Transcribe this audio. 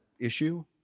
issue